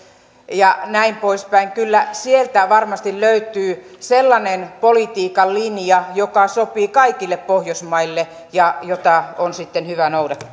ja näin poispäin kyllä sieltä varmasti löytyy sellainen politiikan linja joka sopii kaikille pohjoismaille ja jota on sitten hyvä noudattaa